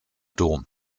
dom